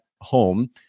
home